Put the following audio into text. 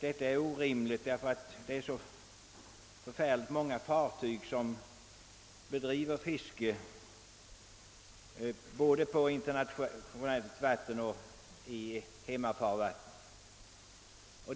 Detta är orimligt, har det sagts, eftersom så många fartyg bedriver fiske både på internationellt vatten och i hemmafarvatten.